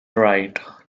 wright